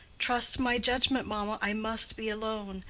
trust my judgment, mamma, i must be alone.